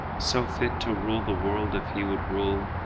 so fit to rule the world if he would rule,